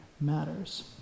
matters